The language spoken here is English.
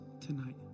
tonight